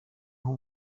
nko